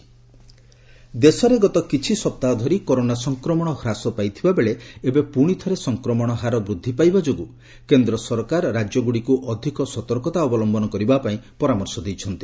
Covid alert ଦେଶରେ ଗତ କିଛି ସପ୍ତାହ ଧରି କରୋନା ସଂକ୍ମଣ ହାସ ପାଇଥିବାବେଳେ ଏବେ ପୁଣିଥରେ ସଂକ୍ରମଣ ହାର ବୃଦ୍ଧି ପାଇବା ଯୋଗୁଁ କେନ୍ଦ୍ର ସରକାର ରାଜ୍ୟଗୁଡ଼ିକୁ ଅଧିକ ସତର୍କତା ଅବଲମ୍ବନ କରିବା ପାଇଁ ପରାମର୍ଶ ଦେଇଛନ୍ତି